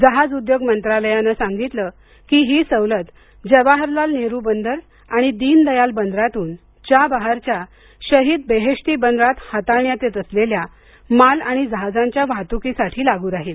जहाज उद्योग मंत्रालयानं सांगितलं की ही सवलत जवाहरलाल नेहरु बंदर आणि दिनदयाल बंदरातून चाबाहारच्या शहीद बेहेश्ती बंदरात हाताळण्यात येत असलेल्या माल आणि जहाजांच्या वाहतुकीसाठी लागू राहील